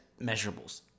measurables